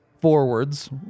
forwards